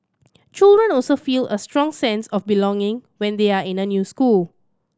children also feel a strong sense of belonging when they are in the new school